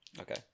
Okay